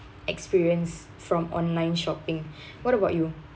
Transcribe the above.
experience from online shopping what about you